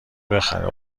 بخره